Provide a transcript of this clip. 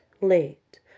late